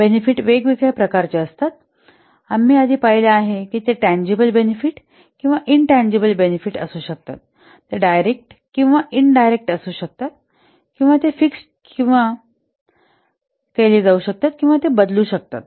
benefit वेगवेगळ्या प्रकारचे असतात आम्ही आधी पाहिले आहे की ते टँजिबल बेनिफिट किंवा इंटँजिबल बेनिफिट असू शकतात ते डायरेक्ट किंवा इन डायरेक्ट असू शकतात ते फिक्सड केले जाऊ शकतात किंवा ते बदलू शकतात